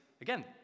again